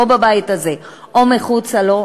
או בבית הזה או מחוצה לו,